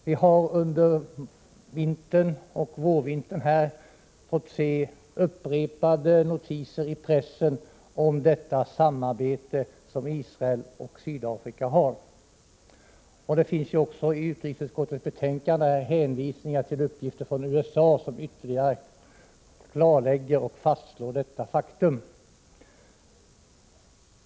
Vi har under vintern och vårvintern fått se upprepade notiser i pressen om det samarbete som förekommer mellan Israel och Sydafrika. I utskottets betänkande hänvisas till uppgifter från USA som ytterligare klarlägger och fastslår detta faktum.